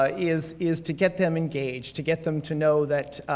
ah is is to get them engaged, to get them to know that